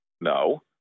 No